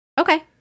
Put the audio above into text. okay